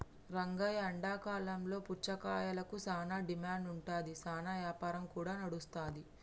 రంగయ్య ఎండాకాలంలో పుచ్చకాయలకు సానా డిమాండ్ ఉంటాది, సానా యాపారం కూడా నడుస్తాది